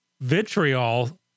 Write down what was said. vitriol